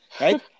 Right